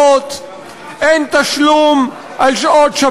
אין תשלום על שעות נוספות,